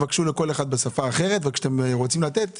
תבקשו מכל אחד בשפה אחרת וכשאתם רוצים לתת,